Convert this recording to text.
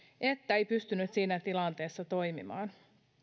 että ei pystynyt siinä tilanteessa toimimaan